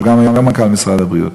שהוא גם היום מנכ"ל משרד הבריאות,